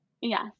yes